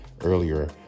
earlier